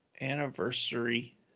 anniversary